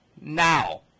now